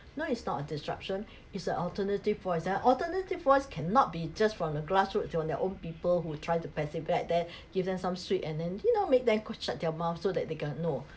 no it's not a disruption is a alternative voice and alternative voice cannot be just from the grassroots they are their own people who tried to pacify them gives them some sweet and and you know make them go shut their mouth so that they can no